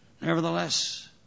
Nevertheless